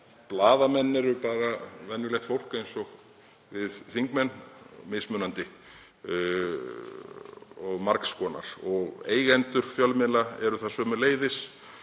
Blaðamenn eru auðvitað bara venjulegt fólk eins og við þingmenn, mismunandi og margs konar. Eigendur fjölmiðla eru það sömuleiðis